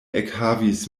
ekhavis